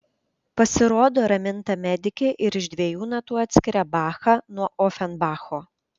pasirodo raminta medikė ir iš dviejų natų atskiria bachą nuo ofenbacho